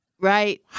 Right